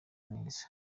neza